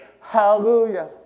Hallelujah